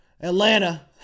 Atlanta